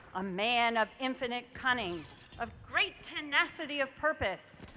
a man of infinite cunning of great tenacity of purpose,